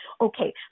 okay